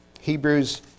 Hebrews